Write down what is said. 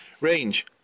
range